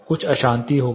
कुछ अशांति होंगी